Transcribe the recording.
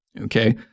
Okay